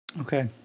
Okay